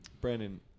Brandon